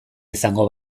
izango